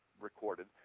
recorded